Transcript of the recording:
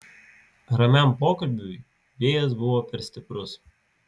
ramiam pokalbiui vėjas buvo per stiprus